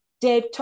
Dave